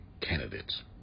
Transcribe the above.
candidates